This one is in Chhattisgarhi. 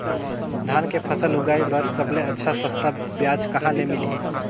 धान के फसल उगाई बार सबले अच्छा सस्ता ब्याज कहा ले मिलही?